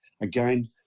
Again